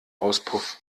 auspuff